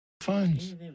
Phones